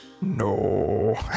No